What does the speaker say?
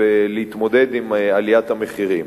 ולהתמודד עם עליית המחירים.